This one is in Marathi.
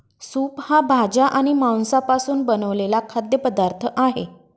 सूप हा भाज्या आणि मांसापासून बनवलेला खाद्य पदार्थ आहे